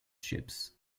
ships